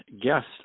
guest